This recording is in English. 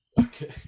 Okay